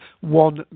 one